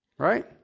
Right